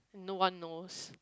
no one knows